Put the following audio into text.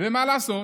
מה לעשות,